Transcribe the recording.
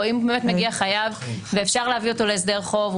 או אם מגיע חייב ואפשר להביא אותו להסדר חוב,